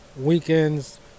Weekends